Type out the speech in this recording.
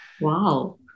wow